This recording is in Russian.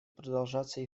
продолжаться